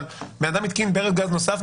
אבל בן אדם התקין ברז גז נוסף.